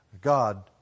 God